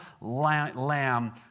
lamb